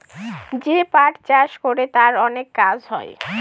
যে পাট চাষ করে তার অনেক কাজ হয়